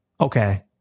Okay